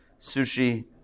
sushi